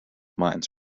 mines